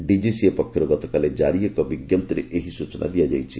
DGCA ପକ୍ଷରୁ ଗତକାଲି ଜାରି ଏକ ବିଞ୍ଜପ୍ତିରେ ଏହି ସ୍ବଚନା ଦିଆଯାଇଛି